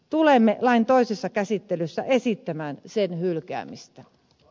tulemme lain toisessa käsittelyssä esittämään sen hylkäämistä